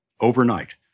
Overnight